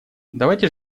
давайте